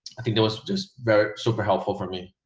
it was just very super helpful for me.